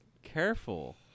Careful